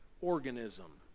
organism